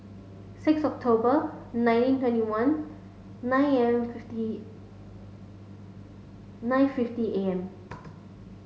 six October nineteen twenty one nine am fifth nine fifty am